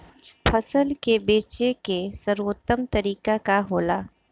फसल के बेचे के सर्वोत्तम तरीका का होला?